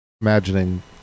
imagining